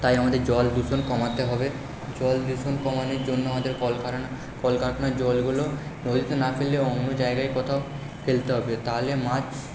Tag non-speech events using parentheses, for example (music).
তাই আমাদের জল দূষণ কমাতে হবে জল দূষণ কমানোর জন্য আমাদের (unintelligible) কলকারখানার জলগুলো নদীতে না ফেলে অন্য জায়গায় কোথাও ফেলতে হবে তাহলে মাছ